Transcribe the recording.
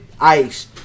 Ice